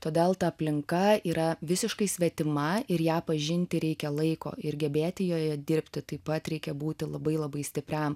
todėl ta aplinka yra visiškai svetima ir ją pažinti reikia laiko ir gebėti joje dirbti taip pat reikia būti labai labai stipriam